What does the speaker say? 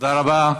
תודה רבה.